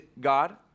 God